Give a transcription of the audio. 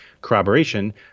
corroboration